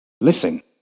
Listen